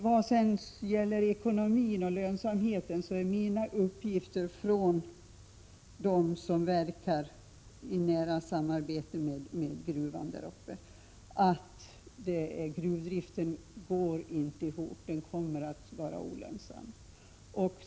Vad gäller ekonomin och lönsamheten är det enligt de uppgifter som jag fått från dem som verkar i nära samarbete med gruvan där uppe så, att gruvdriften inte går ihop utan kommer att vara olönsam.